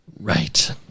right